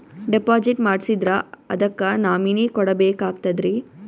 Deposit ಮಾಡ್ಸಿದ್ರ ಅದಕ್ಕ nominee ಕೊಡಬೇಕಾಗ್ತದ್ರಿ?